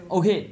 okay